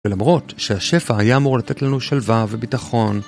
ולמרות שהשפע היה אמור לתת לנו שלווה וביטחון